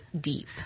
Deep